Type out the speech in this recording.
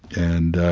and ah,